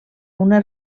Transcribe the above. una